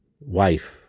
wife